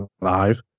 live